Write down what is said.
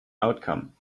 outcome